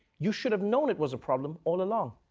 you should have known it was a problem all along.